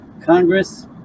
Congress